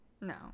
No